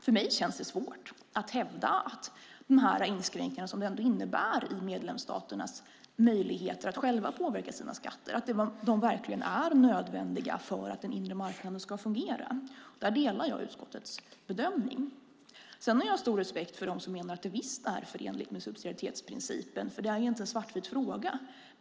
För mig känns det svårt att hävda att de inskränkningar som detta ändå innebär i medlemsstaternas möjligheter att själva påverka sina skatter verkligen är nödvändiga för att den inre marknaden ska fungera. Där delar jag utskottets bedömning. Sedan har jag stor respekt för dem som menar att det visst är förenligt med subsidiaritetsprincipen, för det är ju inte en svartvit fråga.